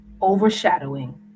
overshadowing